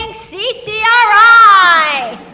and ccri.